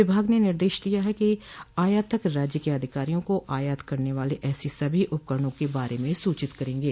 विभाग ने निर्देश दिया है कि आयातक राज्य के अधिकारियों को आयात करने वाले ऐसे सभी उपकरणों के बारे में सूचित करेंगे